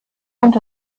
und